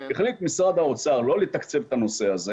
החליט משרד האוצר לא לתקצב את הנושא הזה